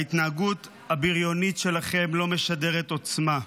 ההתנהגות הבריונית שלכם לא משדרת עוצמה,